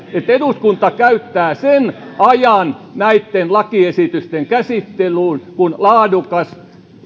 että eduskunta käyttää sen ajan näitten lakiesitysten käsittelyyn minkä laadukas